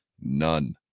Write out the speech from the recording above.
none